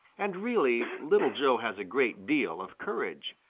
and really little joe has a great deal of courage.